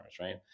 right